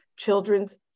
children's